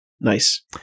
Nice